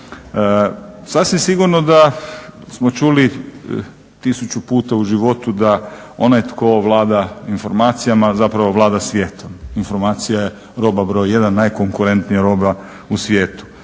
Sasvim sigurno da smo čuli tisuću puta u životu da onaj tko vlada informacijama zapravo vlada svijetom. Informacija je roba broj 1 najkonkurentnija roba u svijetu.